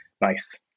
nice